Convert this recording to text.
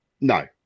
No